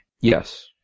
Yes